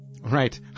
Right